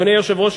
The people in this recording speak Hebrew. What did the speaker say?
אדוני היושב-ראש,